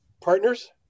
partners